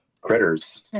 critters